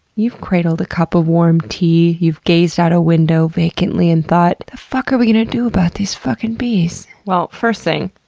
you've cradled a cup of warm tea. you've gazed out a window vacantly and thought, what the fuck are we going to do about these fuckin' bees? well, first thing,